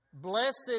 Blessed